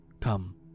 Come